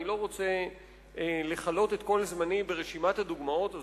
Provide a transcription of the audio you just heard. אני לא רוצה לכלות את כל זמני ברשימת הדוגמאות הזאת,